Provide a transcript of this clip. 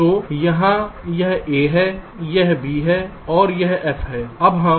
तो यहाँ यह a है यह b है और यह f है